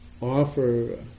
offer